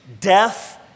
Death